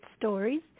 stories